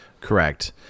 Correct